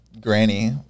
Granny